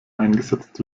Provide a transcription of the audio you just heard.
eingesetzt